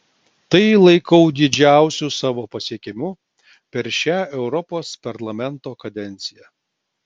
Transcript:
tai laikau didžiausiu savo pasiekimu per šią europos parlamento kadenciją